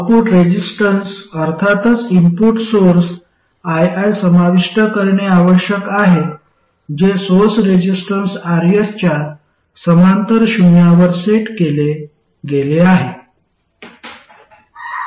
output resistance अर्थातच input source ii समाविष्ट करणे आवश्यक आहे जे सोर्स रेसिस्टन्स Rs च्या समांतर शून्यावर सेट केले गेले आहे